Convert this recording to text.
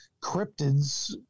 cryptids